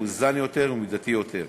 מאוזן יותר ומידתי יותר.